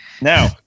Now